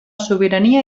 sobirania